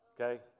okay